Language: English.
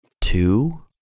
two